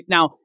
Now